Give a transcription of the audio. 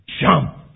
Jump